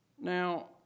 Now